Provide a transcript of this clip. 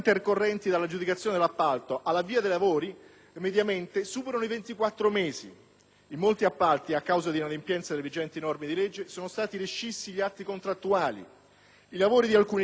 in molti appalti, a causa di inadempienze delle vigenti norme di legge, sono stati rescissi gli atti contrattuali. I lavori di alcuni cantieri, a seguito di continui attentati ai mezzi meccanici o alla logistica, subiscono notevoli rallentamenti.